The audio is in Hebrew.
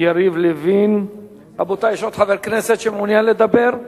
יריב לוין, רבותי, יש עוד חבר כנסת שמעוניין לדבר?